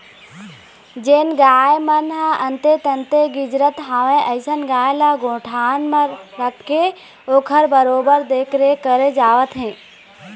जेन गाय मन ह अंते तंते गिजरत हवय अइसन गाय ल गौठान म रखके ओखर बरोबर देखरेख करे जावत हे